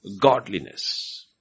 godliness